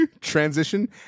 transition